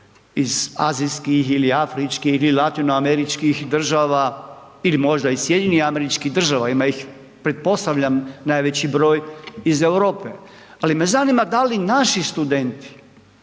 iz azijskih ili afričkih ili latinoameričkih država ili možda iz SAD-a, ima ih pretpostavljam najveći broj iz Europe. Ali me zanima da li naši studenti